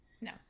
No